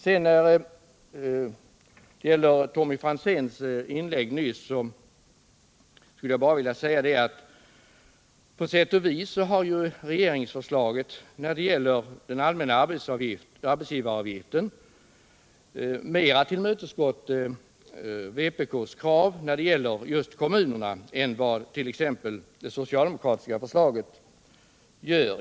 På Tommy Franzéns inlägg skulle jag bara vilja svara, att på sätt och vis har regeringsförslaget i fråga om den allmänna arbetsgivaravgiften mera tillmötesgått vpk:s krav när det gäller just kommunerna än vad t.ex. det socialdemokratiska förslaget gör.